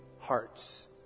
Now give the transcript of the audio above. hearts